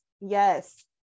Yes